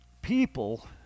People